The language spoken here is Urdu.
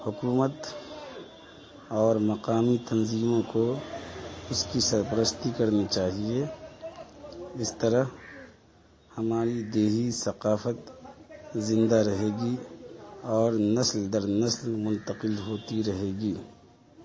حکومت اور مقامی تنظیموں کو اس کی سرپرستی کرنی چاہیے اس طرح ہماری دیہی ثقافت زندہ رہے گی اور نسل در نسل منتقل ہوتی رہے گی